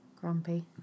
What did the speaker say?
Grumpy